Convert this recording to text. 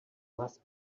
must